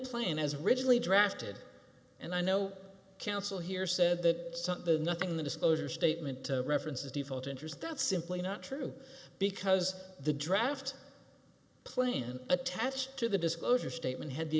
plan as originally drafted and i know counsel here said that something is nothing the disclosure statement references default interest that's simply not true because the draft plan attached to the disclosure statement had the